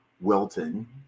wilton